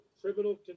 Criminal